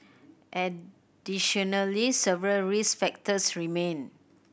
additionally several risk factors remain